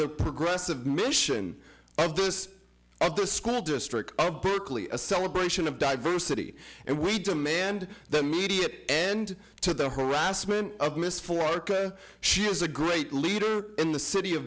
the progressive mission of this the school district of berkeley a celebration of diversity and we demand the media end to the harassment of misfortune she was a great leader in the city of